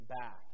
back